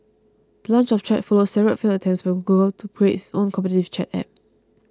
the launch of Chat follows several failed attempts by Google to create its own competitive chat app